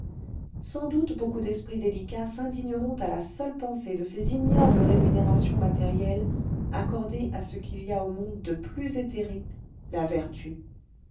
sans doute beaucoup d'esprits délicats s'indigneront à la seule pensée de ces ignobles rémunérations matérielles accordées à ce qu'il y a au monde de plus éthéré la vertu